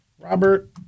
Robert